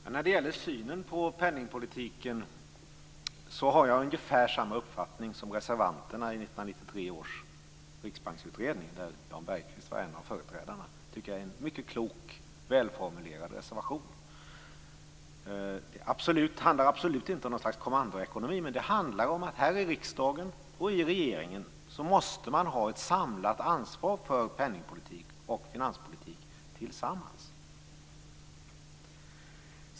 Fru talman! När det gäller synen på penningpolitiken har jag ungefär samma uppfattning som reservanterna i 1993 års riksbanksutredning, där Jan Bergqvist var en av företrädarna. Det tycker jag är en mycket klok, välformulerad reservation. Det handlar absolut inte om något slags kommandoekonomi, men det handlar om att man här i riksdagen och i regeringen tillsammans måste ha ett samlat ansvar för penningpolitik och finanspolitik.